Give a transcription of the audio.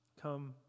Come